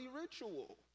ritual